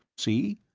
see?